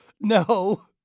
No